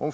Om